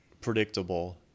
predictable